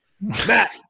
Matt